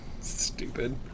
Stupid